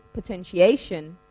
potentiation